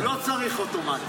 לא צריך אוטומטית.